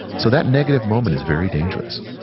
so that negative moment is very dangerous.